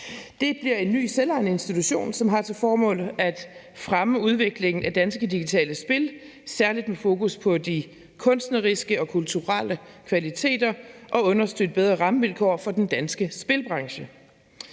Det bliver en ny selvejende institution, som har til formål at fremme udviklingen af danske digitale spil, særlig med fokus på de kunstneriske og kulturelle kvaliteter og på at understøtte bedre rammevilkår for den danske spilbranche.